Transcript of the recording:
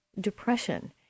depression